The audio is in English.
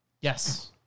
Yes